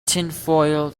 tinfoil